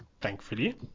thankfully